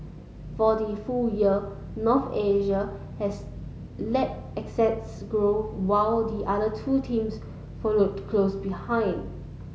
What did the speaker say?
for the full year North Asia has led asset grow while the other two teams followed close behind